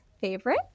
favorite